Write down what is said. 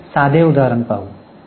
आपण एक साधे उदाहरण पाहू